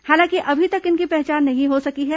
हालांकि अभी तक इनकी पहचान नहीं हो सकी है